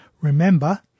remember